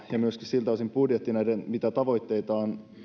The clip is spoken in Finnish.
ja myöskin budjetti siltä osin mitä tavoitteita on